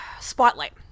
spotlight